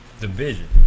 division